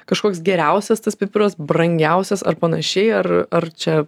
kažkoks geriausias tas pipiras brangiausias ar panašiai ar ar čia